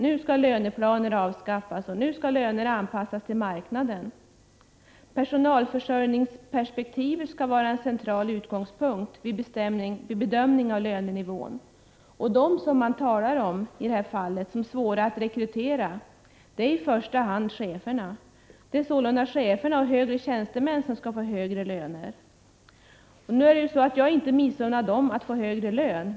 Nu skall löneplaner avskaffas, och nu skall löner anpassas till marknaden. Personalförsörjningsperspektivet skall vara en central utgångspunkt vid bedömningen av lönenivån. De som anges vara svåra att rekrytera är i första hand cheferna. Det är således cheferna och de högre tjänstemännen som skall få högre löner. Jag missunnar inte dessa personer högre lön.